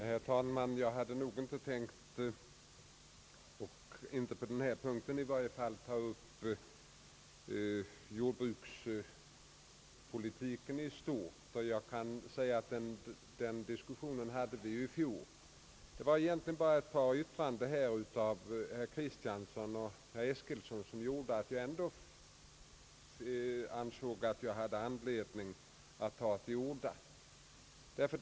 Herr talman! Jag hade inte tänkt — i varje fall inte på denna punkt — ta upp en diskussion om jordbrukspolitiken i stort. Den diskussionen hade vi i fjol. Det var egentligen bara ett par yttranden av herrar Kristiansson och Eskilsson som gjorde att jag ändå ansåg att jag hade anledning att ta till orda.